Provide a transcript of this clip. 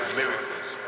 miracles